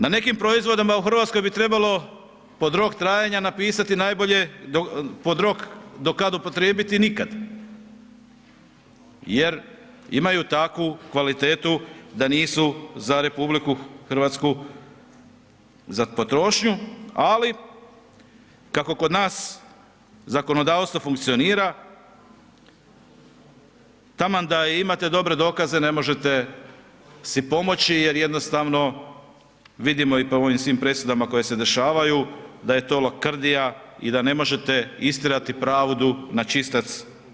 Na nekim proizvodima u Hrvatskoj bi trebalo pod rok trajanja napisati najbolje, pod rok do kad upotrijebiti nikad, jer imaju takvu kvalitetu da nisu za RH za potrošnju, ali kako kod nas zakonodavstvo funkcionira taman da i imate dobre dokaze ne možete si pomoći jer jednostavno vidimo i po ovim svim presudama koje se dešavaju da je to lakrdija i da ne možete istjerati pravnu na čistac.